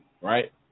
right